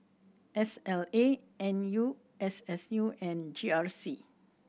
S L A N U S S U and G R C